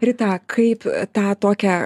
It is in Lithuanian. rita kaip tą tokią